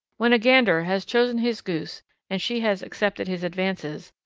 when a gander has chosen his goose and she has accepted his advances,